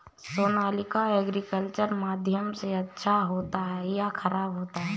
Sonalika agriculture माध्यम से अच्छा होता है या ख़राब होता है?